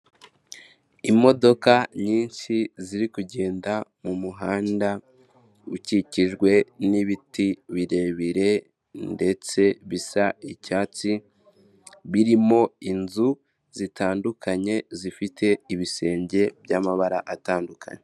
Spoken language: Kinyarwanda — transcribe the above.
Imodoka nyinshi ziri kugenda mu muhanda ukikijwe n'ibiti birebire ndetse bisa icyatsi, birimo inzu zitandukanye zifite ibisenge by'amabara atandukanye.